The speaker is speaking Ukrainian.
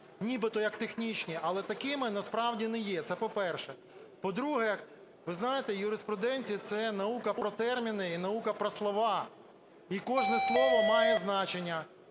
нібито як технічні, але такими насправді не є. Це по-перше. По-друге, ви знаєте, юриспруденція – це наука про терміни і наука про слова, і кожне слово має значення.